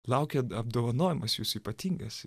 laukia apdovanojimas jūsų ypatingas